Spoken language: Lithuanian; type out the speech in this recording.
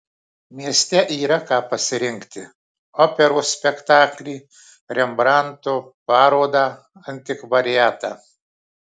mieste yra ką pasirinkti operos spektaklį rembrandto parodą antikvariatą